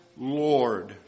Lord